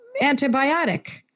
antibiotic